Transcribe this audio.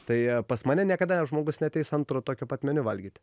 tai pas mane niekada žmogus neateis antro tokio pat meniu valgyt